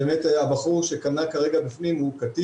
אם באמת הבחור שקנה כרגע הוא קטין.